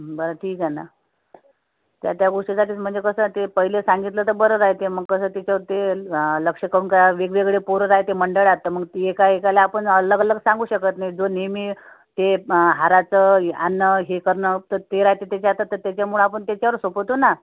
बरं ठीक आहे ना त्या त्या गोष्टीसाठीच म्हणजे कसं ते पहिले सांगितलं तर मग बरे राहते मग कसं तिथं ते अं लक्ष करून काय वेगवेगळे पोर राहते मंडळात त मग ते एका एकाला आपण अलगअलग सांगू शकत नाही जो नेहमी ते हारच आणण हे करणं तर ते राहते त्याच्यामुळे आपण त्याच्यावर सोपवतो ना